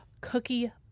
cookie